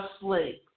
sleep